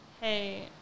Hey